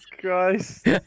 Christ